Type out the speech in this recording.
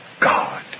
God